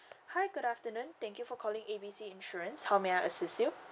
hi good afternoon thank you for calling A B C insurance how may I assist you